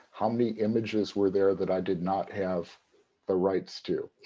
how many images were there that i did not have the rights to?